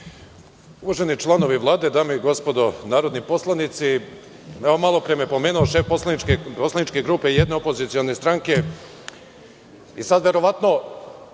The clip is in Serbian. Uvaženi članovi Vlade, dame i gospodo narodni poslanici, malo pre me je pomenuo šef poslaničke grupe jedne opozicione stranke